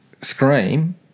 Scream